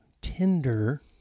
tender